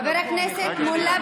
חבר הכנסת מולא,